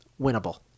winnable